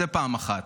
זה פעם אחת.